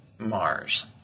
Mars